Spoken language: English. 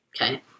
Okay